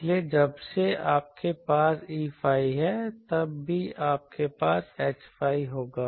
इसलिए जब से आपके पास Eϕ है तब भी आपके पास Hϕ होगा